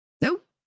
Nope